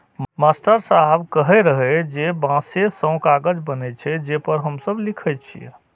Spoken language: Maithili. मास्टर साहेब कहै रहै जे बांसे सं कागज बनै छै, जे पर हम सब लिखै छियै